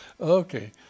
Okay